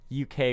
UK